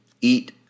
eat